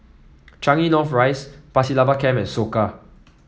Changi North Rise Pasir Laba Camp and Soka